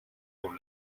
con